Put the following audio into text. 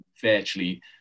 Virtually